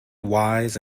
wise